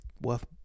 worth